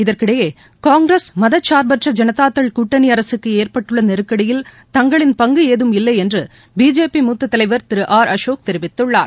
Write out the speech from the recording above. இதற்கிடையே காங்கிரஸ் மத சார்பற்ற ஜனதாதள் கூட்டணி அரசுக்கு ஏற்பட்டுள்ள நெருக்கடியில் தங்களின பங்கும் ஏதும் இல்லை என்று பிஜேபி மூத்த தலைவர் திரு ஆர் அசோக் தெரிவித்துள்ளார்